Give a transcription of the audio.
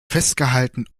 festgehalten